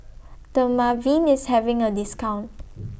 Dermaveen IS having A discount